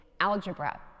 Algebra